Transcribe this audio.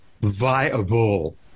viable